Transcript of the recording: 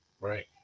Right